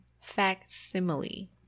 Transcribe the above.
Facsimile